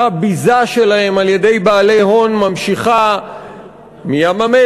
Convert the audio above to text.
שהביזה שלהם על-ידי בעלי הון ממשיכה מים-המלח,